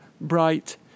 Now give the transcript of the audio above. bright